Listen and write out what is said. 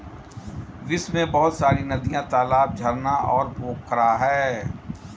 विश्व में बहुत सारी नदियां, तालाब, झरना और पोखरा है